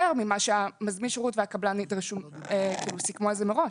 ממה שמזמין השירות והקבלן סיכמו מראש?